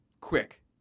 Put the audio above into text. quick